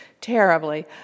terribly